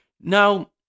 now